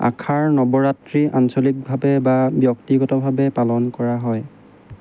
আশাৰ নৱৰাত্ৰি আঞ্চলিকভাৱে বা ব্যক্তিগতভাৱে পালন কৰা হয়